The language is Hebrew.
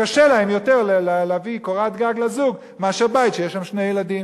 קשה להם יותר להביא קורת גג לזוג מאשר בית שיש שם שני ילדים.